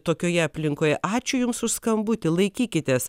tokioje aplinkoje ačiū jums už skambutį laikykitės